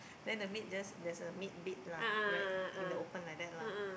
then the maid just there's a maid bed lah right in the open like that lah